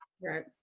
right